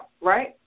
right